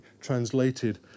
translated